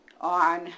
On